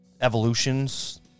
evolutions